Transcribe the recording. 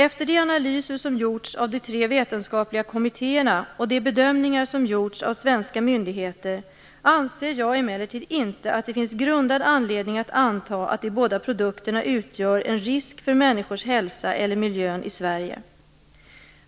Efter de analyser som har gjorts av de tre vetenskapliga kommittéerna och de bedömningar som har gjorts av svenska myndigheter, anser jag emellertid inte att det finns grundad anledning att anta att de båda produkterna utgör en risk för människors hälsa eller för miljön i Sverige.